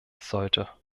sollte